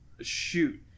Shoot